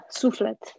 suflet